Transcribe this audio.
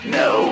no